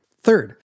Third